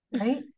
right